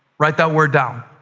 write that word down.